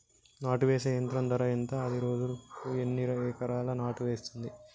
నాటు వేసే యంత్రం ధర ఎంత? అది రోజుకు ఎన్ని ఎకరాలు నాటు వేస్తుంది?